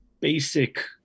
basic